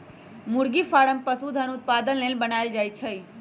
मुरगि फारम पशुधन उत्पादन लेल बनाएल जाय छै